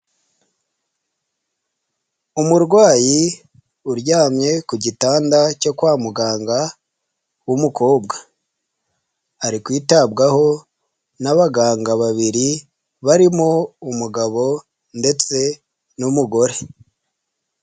Umurwayi uryamye ku gitanda cyo kwa muganga w'umukobwa ari kwitabwaho n'abaganga babiri barimo umugabo ndetse n'umugore.